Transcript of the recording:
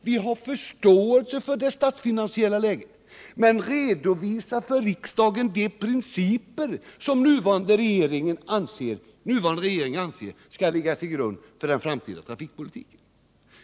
Vi har förståelse för det statsfinansiella läget, men redovisa för riksdagen de principer som den nuvarande regeringen anser skall ligga till grund för den framtida trafikpolitiken!